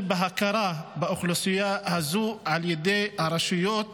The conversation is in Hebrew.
בהכרה באוכלוסייה הזו על ידי הרשויות,